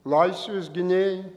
laisvės gynėjai